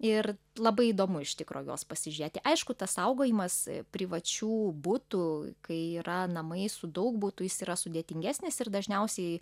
ir labai įdomu iš tikro juos pasižiūrėti aišku tas saugojimas privačių butų kai yra namai su daug butų jis yra sudėtingesnis ir dažniausiai